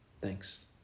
Thanks